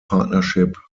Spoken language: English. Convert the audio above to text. partnership